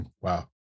Wow